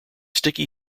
sticky